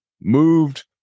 moved